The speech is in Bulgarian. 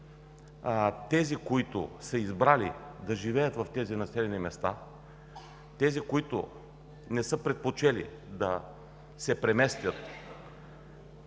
тези, които са избрали да живеят в тези населени места, които не са предпочели да се преместят,